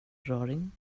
raring